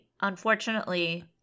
unfortunately